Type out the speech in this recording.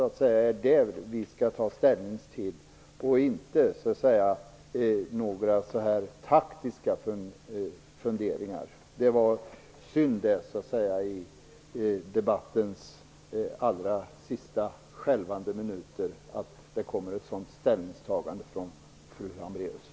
Detta är vad vi skall ta ställning till, inte några taktiska funderingar. Det var synd att det kommer ett sådant ställningstagande från fru Hambraeus i debattens allra sista skälvande minuter.